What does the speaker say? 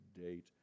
date